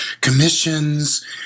commissions